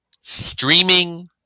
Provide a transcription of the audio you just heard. streaming